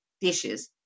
dishes